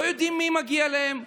לא יודעים מי מגיע אליהם,